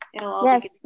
yes